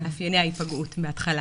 במאפייני ההיפגעות.